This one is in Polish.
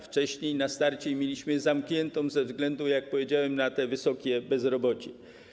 Wcześniej, na starcie, mieliśmy ją zamkniętą ze względu, jak powiedziałem, na to wysokie bezrobocie.